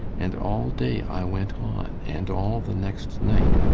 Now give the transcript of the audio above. and all day i went on and all the next night.